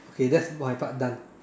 okay that's my part done